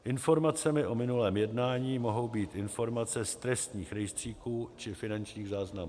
Informacemi o minulém jednání mohou být informace z trestních rejstříků či finančních záznamů.